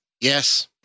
Yes